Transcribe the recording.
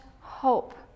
hope